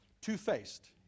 two-faced